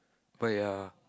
but ya